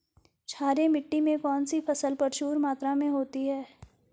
क्षारीय मिट्टी में कौन सी फसल प्रचुर मात्रा में होती है?